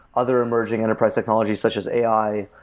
other emerging enterprise technologies such as ai.